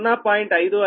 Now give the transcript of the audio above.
u